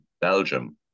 Belgium